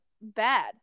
bad